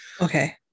Okay